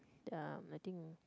ya I think